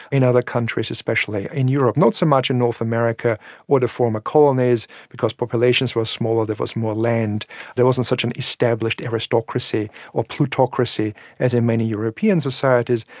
in other countries, especially, in europe, not so much in north america or the former colonies because populations were smaller, there was more land, there wasn't such an established aristocracy or plutocracy as in many european societies,